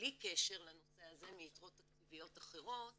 בלי קשר לנושא הזה מיתרות תקציביות אחרות